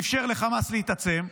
ואפשר לחמאס להתעצם,